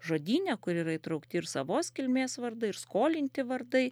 žodyne kur yra įtraukti ir savos kilmės vardai ir skolinti vardai